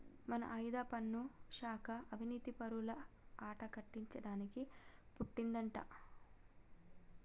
మన ఆదాయపన్ను శాఖ అవనీతిపరుల ఆట కట్టించడానికి పుట్టిందంటా